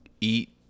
eat